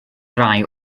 rai